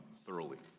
thoroughly.